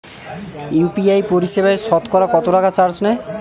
UPI পরিসেবায় সতকরা কতটাকা চার্জ নেয়?